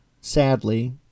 sadly